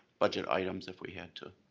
budget items if we had to.